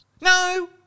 No